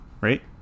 Right